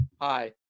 Hi